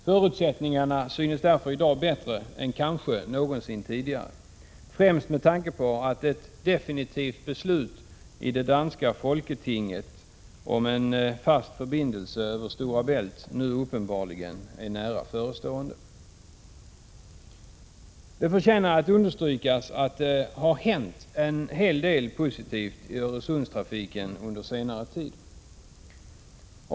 Förutsättningarna synes därför i dag bättre än kanske någonsin tidigare, främst med tanke på att ett definitivt beslut i det danska folketinget om en fast förbindelse över Stora Bält nu uppenbarligen är nära förestående. Det förtjänar att understrykas att det har hänt en hel del positivt i Öresundstrafiken under senare tid.